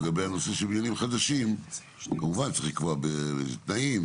לגבי הנושא של בניינים חדשים - כמובן שצריך לקבוע באילו תנאים,